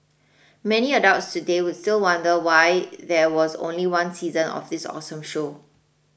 many adults today still wonder why there was only one season of this awesome show